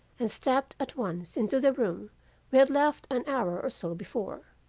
and stepped at once into the room we had left an hour or so before.